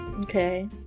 Okay